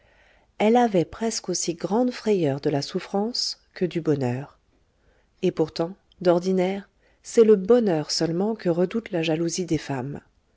elle avait presque aussi grande frayeur de la souffrance que du bonheur et pourtant d'ordinaire c'est le bonheur seulement que redoute la jalousie des femmes